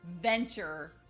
venture